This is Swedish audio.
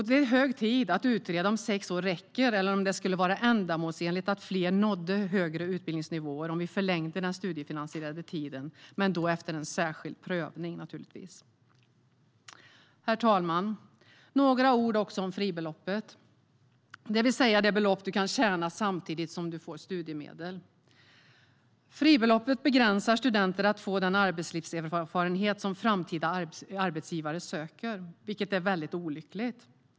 Det är hög tid att utreda om sex år räcker eller om det skulle vara ändamålsenligt att verka för att fler nådde högre utbildningsnivåer genom att förlänga den studiefinansierade tiden, då naturligtvis efter särskild prövning. Herr talman! Jag vill också säga några ord om fribeloppet, det vill säga det belopp man kan tjäna samtidigt som man får studiemedel. Fribeloppet begränsar studenters möjligheter att få den arbetslivserfarenhet som framtida arbetsgivare söker, vilket är väldigt olyckligt.